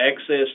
access